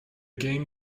game